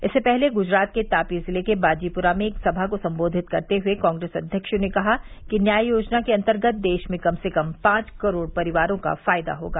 इससे पहले गुजरात के तापी जिले के बाजीपुरा में एक सभा को संबोधित करते हुए कांग्रेस अध्यक्ष ने कहा कि न्याय योजना के अंतर्गत देश में कम से कम पांच करोड़ परिवारों का फायदा होगा